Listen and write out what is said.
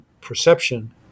perception